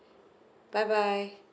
bye bye